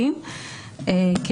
שלום.